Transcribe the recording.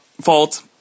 fault